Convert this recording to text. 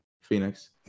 Phoenix